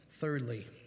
Thirdly